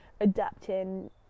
adapting